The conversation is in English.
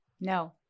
No